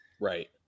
right